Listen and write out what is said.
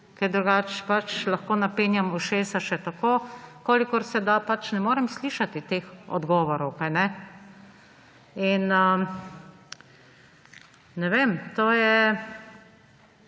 ker drugače pač lahko napenjam ušesa še kolikor se da, pač ne morem slišati teh odgovorov. Kajne? Ne vem, to je